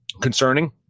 concerning